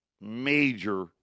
major